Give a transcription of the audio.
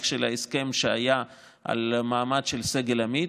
של ההסכם שהיה על מעמד של סגל עמית,